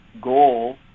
goal